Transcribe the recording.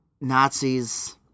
Nazis